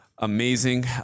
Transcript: Amazing